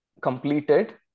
completed